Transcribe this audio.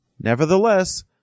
nevertheless